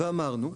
אמרנו,